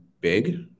big